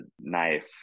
knife